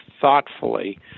thoughtfully